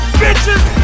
bitches